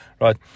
right